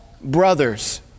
brothers